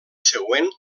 següent